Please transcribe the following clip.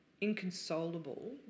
inconsolable